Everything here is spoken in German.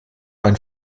einen